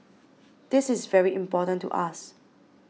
this is very important to us